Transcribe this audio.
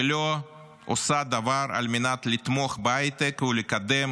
ולא עושה דבר על מנת לתמוך בהייטק ולקדם